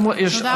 תודה רבה.